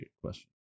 question